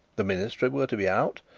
the ministry were to be out,